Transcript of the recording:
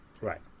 right